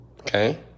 okay